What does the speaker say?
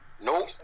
Nope